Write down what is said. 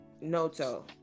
Noto